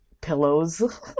pillows